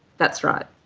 that's right.